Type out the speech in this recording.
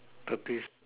thirties